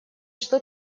что